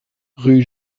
rue